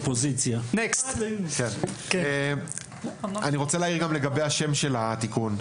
אני רוצה להעיר גם לגבי השם של התיקון.